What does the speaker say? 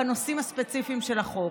בנושאים הספציפיים של החוק.